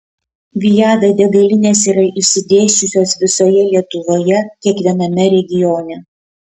viada degalinės yra išsidėsčiusios visoje lietuvoje kiekviename regione